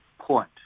point